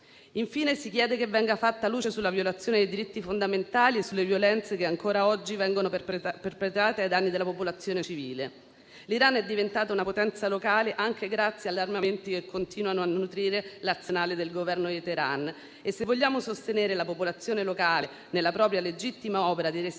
Infine, si chiede che venga fatta luce sulla violazione dei diritti fondamentali e sulle violenze che ancora oggi vengono perpetrate ai danni della popolazione civile. L'Iran è diventato una potenza locale anche grazie agli armamenti che continuano a nutrire l'arsenale del Governo di Teheran e, se vogliamo sostenere la popolazione locale nella propria legittima opera di resistenza